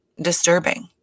disturbing